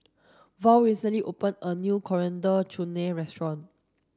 Val recently opened a new Coriander Chutney restaurant